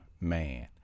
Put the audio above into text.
man